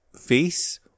face